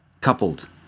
coupled